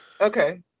Okay